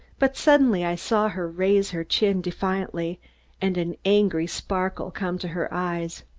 but suddenly i saw her raise her chin defiantly and an angry sparkle come to her eyes.